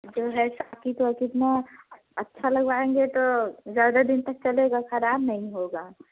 जो है साकिट वाकिट ना अच्छा लगाएँगे तो ज़्यादा दिन तक चलेगा खराब नहीं होगा